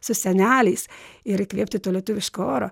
su seneliais ir įkvėpti to lietuviško oro